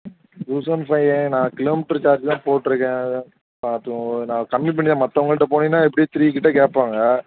thousand five நான் kilometre charge தான் போட்டிருக்கேன் பார்த்துக்கோங்க நான் கம்மி பண்ணி தான் மற்றவங்கள்ட்ட போனிங்கனால் எப்படியும் த்ரீக்கிட்ட கேட்பாங்க